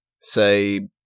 say